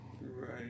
Right